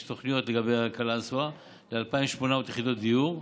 יש תוכניות לגבי קלנסווה ל-2,800 יחידות דיור.